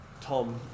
Tom